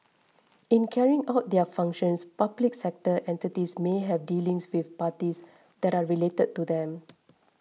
in carrying out their functions public sector entities may have dealings with parties that are related to them